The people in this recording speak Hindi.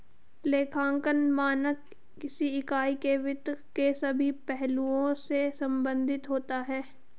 लेखांकन मानक किसी इकाई के वित्त के सभी पहलुओं से संबंधित होता है